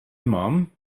mom